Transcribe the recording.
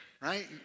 right